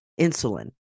insulin